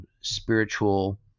spiritual